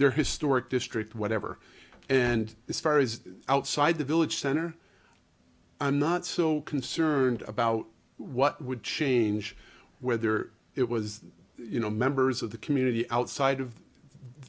their historic district whatever and this fire is outside the village center i'm not so concerned about what would change whether it was you know members of the community outside of